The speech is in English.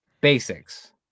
Basics